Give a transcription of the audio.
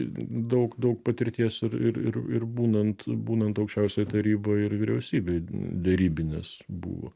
daug daug patirties ir ir ir būnant būnant aukščiausioj taryboj ir vyriausybėj derybinės buvo